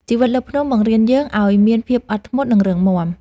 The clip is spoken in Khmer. ជីវិតលើភ្នំបង្រៀនយើងឱ្យមានភាពអត់ធ្មត់ និងរឹងមាំ។